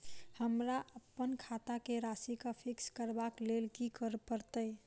हमरा अप्पन खाता केँ राशि कऽ फिक्स करबाक लेल की करऽ पड़त?